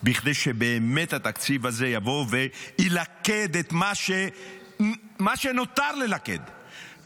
כדי שבאמת התקציב הזה יבוא וילכד את מה שנותר ללכד,